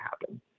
happen